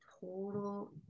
total